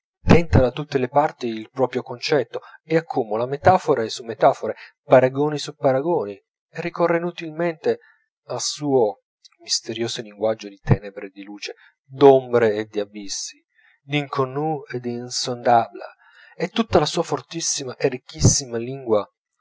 tenta da tutte le parti il proprio concetto e accumula metafore su metafore paragoni su paragoni e ricorre inutilmente al suo misterioso linguaggio di tenebre e di luce d'ombre e d'abissi di inconnu e di insondable e tutta la sua fortissima e ricchissima lingua